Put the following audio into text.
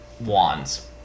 wands